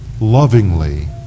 lovingly